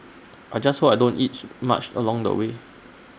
I just hope I don't each much along the way